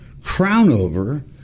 Crownover